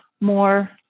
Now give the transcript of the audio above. more